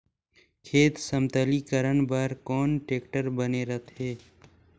खेत समतलीकरण बर कौन टेक्टर बने रथे?